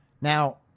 Now